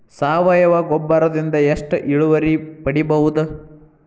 ಸಾವಯವ ಗೊಬ್ಬರದಿಂದ ಎಷ್ಟ ಇಳುವರಿ ಪಡಿಬಹುದ?